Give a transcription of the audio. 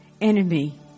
Enemy